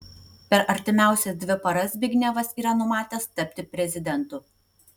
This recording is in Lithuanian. per artimiausias dvi paras zbignevas yra numatęs tapti prezidentu